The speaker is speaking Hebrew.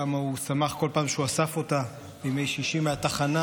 כמה הוא שמח כל פעם כשהוא אסף אותה בימי שישי מהתחנה,